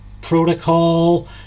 protocol